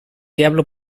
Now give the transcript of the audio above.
diablo